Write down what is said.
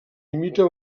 imita